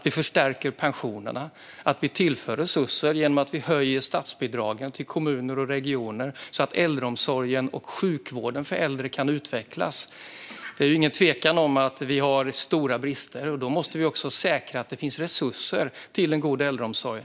Vi förstärker pensionerna och tillför resurser genom att höja statsbidragen till kommuner och regioner så att äldreomsorgen och sjukvården för äldre kan utvecklas. Det råder ingen tvekan om att vi har stora brister. Vi måste säkerställa att det finns resurser till en god äldreomsorg.